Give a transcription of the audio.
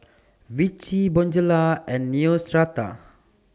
Vichy Bonjela and Neostrata